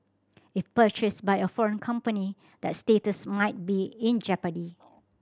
if purchased by a foreign company that status might be in jeopardy